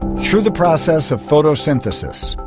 through the process of photosynthesis,